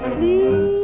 Sleep